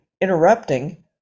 interrupting